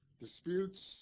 disputes